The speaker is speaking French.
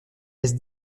reste